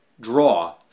draw